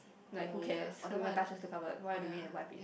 like who cares who even touches the cupboard why do we have to wipe it